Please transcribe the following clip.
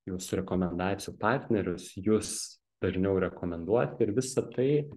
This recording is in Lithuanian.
jūsų rekomendacijų partnerius jus dažniau rekomenduoti ir visa tai